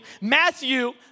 Matthew